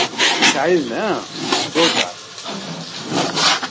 tile न दो चार दो चार